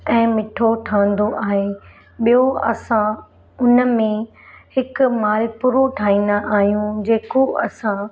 ऐं मिठो ठहंदो आहे ॿियो असां उन में हिकु मालपुड़ो ठाहींदा आहियूं जेको असां